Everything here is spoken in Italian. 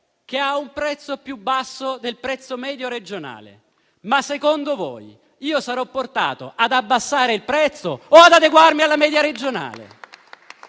che ha un prezzo più basso del prezzo medio regionale, secondo voi sarò portato ad abbassare il prezzo o ad adeguarmi alla media regionale?